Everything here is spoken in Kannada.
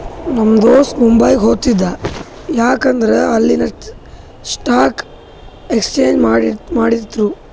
ನಮ್ ದೋಸ್ತ ಮುಂಬೈಗ್ ಹೊತ್ತಿದ ಯಾಕ್ ಅಂದುರ್ ಅಲ್ಲಿನೆ ಸ್ಟಾಕ್ ಎಕ್ಸ್ಚೇಂಜ್ ಮಾಡ್ತಿರು